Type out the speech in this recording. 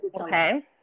okay